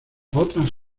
otras